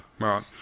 right